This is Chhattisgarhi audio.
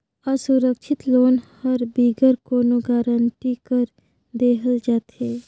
असुरक्छित लोन हर बिगर कोनो गरंटी कर देहल जाथे